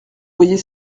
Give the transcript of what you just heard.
voyez